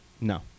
No